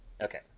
Okay